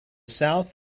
south